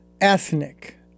ethnic